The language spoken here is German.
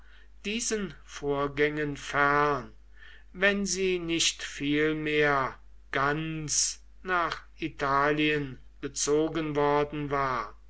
diesen vorgängen fern wenn sie nicht vielmehr ganz nach italien gezogen worden war